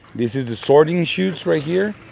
these are the sorting chutes right here.